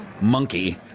monkey